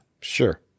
Sure